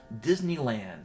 Disneyland